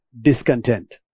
discontent